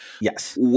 Yes